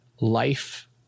life